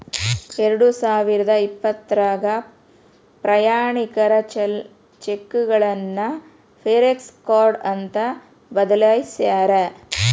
ಎರಡಸಾವಿರದ ಇಪ್ಪತ್ರಾಗ ಪ್ರಯಾಣಿಕರ ಚೆಕ್ಗಳನ್ನ ಫಾರೆಕ್ಸ ಕಾರ್ಡ್ ಅಂತ ಬದಲಾಯ್ಸ್ಯಾರ